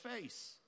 face